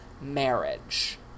marriage